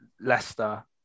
Leicester